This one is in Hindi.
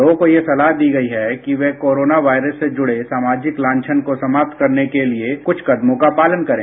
लोगों को यह सलाह दी गई है कि वह कोरोना वायरस से जुड़े सामाजिक लांछन को समाप्त करने के लिए कुछ कदमों का पालन करें